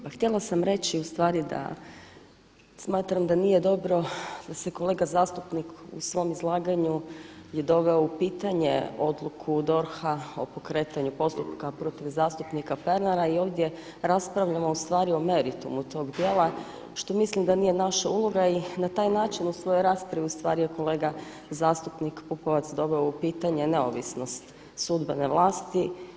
Pa htjela sam reći ustvari da smatram da nije dobro da se kolega zastupnik u svom izlaganju je doveo u pitanje odluku DORH-a o pokretanju postupka protiv zastupnika Pernara i ovdje raspravljamo ustvari o meritumu tog djela što mislim da nije naša uloga i na taj način u svojoj raspravi ustvari je kolega zastupnik Pupovac doveo u pitanje neovisnost sudbene vlasti.